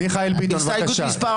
ההסתייגות נפלה.